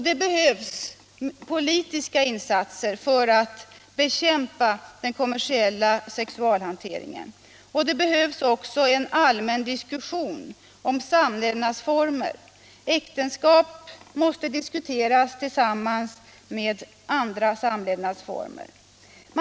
Det behövs politiska insatser för att bekämpa den kommersiella sexualhanteringen. Det behövs också en allmän diskussion om samlevnadsformer. Äktenskapet måste diskuteras liksom även andra samlevnadsformer.